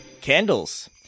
Candles